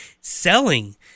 selling